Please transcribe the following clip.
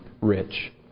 rich